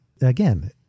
again